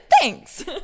Thanks